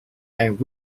and